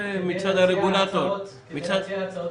שיש הצעות